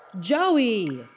Joey